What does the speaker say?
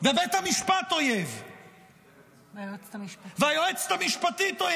ובית המשפט אויב -- והיועצת המשפטית.